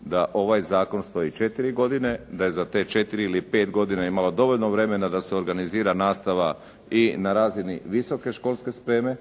da ovaj zakon stoji četiri godine, da je za tih četiri ili pet godina imalo dovoljno vremena da se organizira nastava i na razini visoke školske spreme,